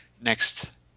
next –